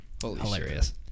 Hilarious